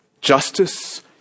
justice